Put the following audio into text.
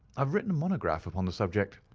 i have written a monograph upon the subject.